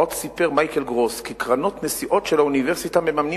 עוד סיפר מייקל גרוס כי קרנות נסיעות של האוניברסיטה מממנות